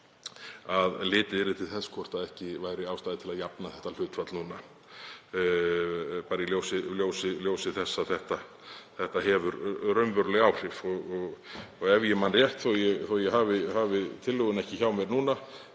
að litið yrði til þess hvort ekki væri ástæða til að jafna þetta hlutfall núna, bara í ljósi þess að það hefur raunveruleg áhrif. Ef ég man rétt, þó að ég hafi tillöguna ekki hjá mér núna,